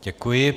Děkuji.